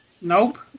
Nope